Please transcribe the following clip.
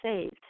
saved